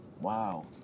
Wow